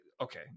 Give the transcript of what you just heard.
okay